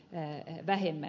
sitten ed